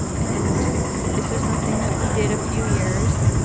and this was something that we did a few years.